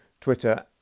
Twitter